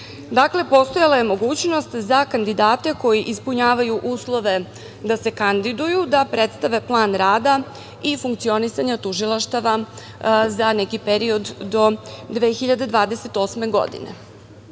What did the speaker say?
postojala je mogućnost za kandidate koji ispunjavaju uslove da se kandiduju, da predstave plan rada i funkcionisanje tužilaštava za neki period do 2028. godine.